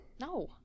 No